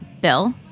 bill